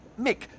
Mick